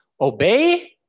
Obey